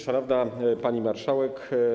Szanowna Pani Marszałek!